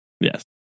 Yes